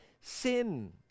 Sin